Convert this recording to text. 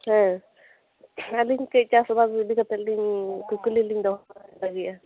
ᱦᱮᱸ ᱟᱹᱞᱤᱧ ᱠᱟᱹᱡ ᱪᱟᱥ ᱵᱟᱥ ᱤᱫᱤ ᱠᱟᱛᱮᱫ ᱞᱤᱧ ᱠᱩᱠᱞᱤ ᱞᱤᱧ ᱫᱚᱦᱚᱭ ᱞᱟᱹᱜᱤᱫᱟ